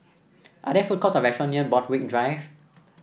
are there food courts or restaurant near Borthwick Drive